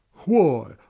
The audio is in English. why,